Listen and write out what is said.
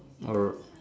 alr